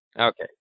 Okay